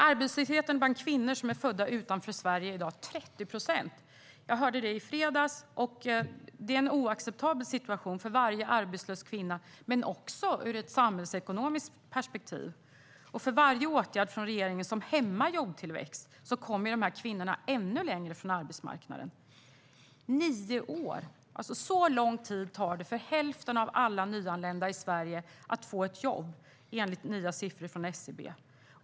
Arbetslösheten bland kvinnor som är födda utanför Sverige är i dag 30 procent. Jag hörde detta i fredags. Det är en oacceptabel situation för varje arbetslös kvinna men också ur ett samhällsekonomiskt perspektiv. Med varje åtgärd från regeringen som hämmar jobbtillväxt hamnar dessa kvinnor ännu längre från arbetsmarknaden. Nio år - så lång tid tar det för hälften av alla nyanlända i Sverige att få ett jobb, enligt nya siffror från SCB.